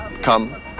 come